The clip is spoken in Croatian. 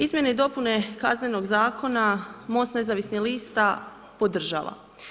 Izmjene i dopune Kaznenog zakona MOST nezavisnih lista podržava.